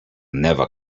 never